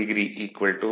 7o 0